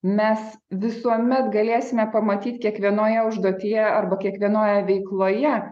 mes visuomet galėsime pamatyt kiekvienoje užduotyje arba kiekvienoje veikloje